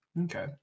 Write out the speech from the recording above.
Okay